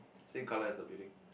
same color as the building